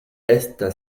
está